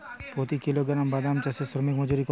প্রতি কিলোগ্রাম বাদাম চাষে শ্রমিক মজুরি কত?